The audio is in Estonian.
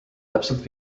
täpselt